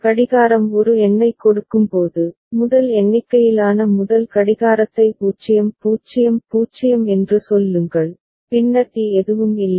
எனவே கடிகாரம் ஒரு எண்ணைக் கொடுக்கும்போது முதல் எண்ணிக்கையிலான முதல் கடிகாரத்தை 0 0 0 என்று சொல்லுங்கள் பின்னர் டி எதுவும் இல்லை